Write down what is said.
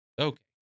okay